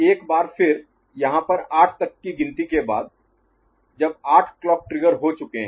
एक बार फिर यहां पर आठ तक की गिनती के बाद जब 8 क्लॉक ट्रिगर हो चुके हैं